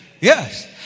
Yes